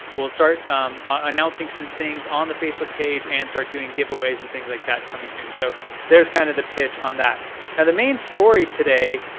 we'll start announcing some and things on the facebook page and start doing giveaways and things like that coming soon. so there's kind of the pitch on that. and the main story today,